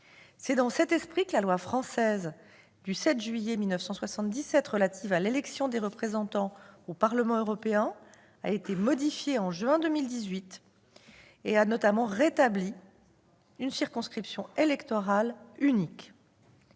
C'est dans cet esprit que la loi française du 7 juillet 1977 relative à l'élection des représentants au Parlement européen a été modifiée au mois de juin 2018, notamment afin de rétablir une circonscription électorale unique.